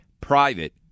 Private